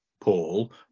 Paul